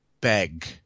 beg